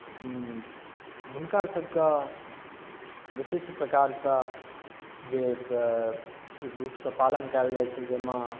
हुनकासभके विशिष्ट प्रकारसँ जाहि रूपसँ पालन कयल जाइ छै जाहिमे